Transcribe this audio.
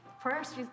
first